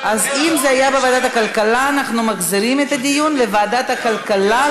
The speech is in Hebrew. וחוזרת לוועדת העבודה,